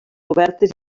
obertes